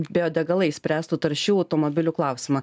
biodegalai išspręstų taršių automobilių klausimą